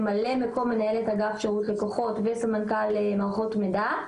ממלא מקום מנהלת שירות לקוחות וסמנכ"ל מערכות מידע,